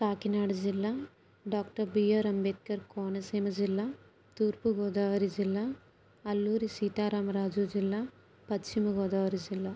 కాకినాడ జిల్లా doctor B R Ambedkar Konaseema జిల్లా తూర్పుగోదావరి జిల్లా అల్లూరి సీతారామరాజు జిల్లా పశ్చిమగోదావరి జిల్లా